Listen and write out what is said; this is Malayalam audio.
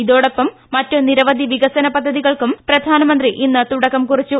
ഇതോടൊപ്പം മറ്റ് നിരവധി വികസന പദ്ധതികൾക്കും പ്രധാനമന്ത്രി ഇന്ന് തുടക്കം കുറിച്ചു